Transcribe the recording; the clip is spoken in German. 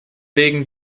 wegen